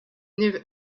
near